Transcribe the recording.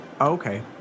Okay